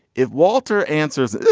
if walter answers,